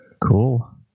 Cool